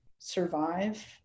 Survive